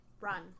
Run